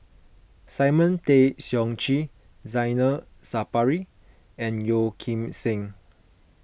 Simon Tay Seong Chee Zainal Sapari and Yeo Kim Seng